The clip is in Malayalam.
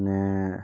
പിന്നെ